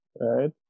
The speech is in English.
right